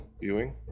viewing